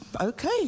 okay